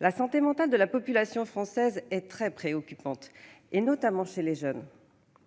La santé mentale de la population française est très préoccupante, notamment celle des jeunes.